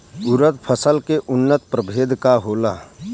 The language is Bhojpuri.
उरद फसल के उन्नत प्रभेद का होला?